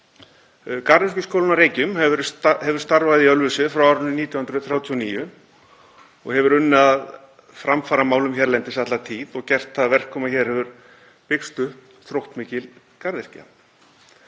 Garðyrkjuskólinn á Reykjum hefur starfað í Ölfusi frá árinu 1939 og hefur unnið að framfaramálum hérlendis alla tíð og gert það að verkum að hér hefur byggst upp þróttmikil garðyrkja.